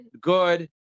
good